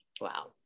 Wow